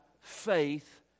Faith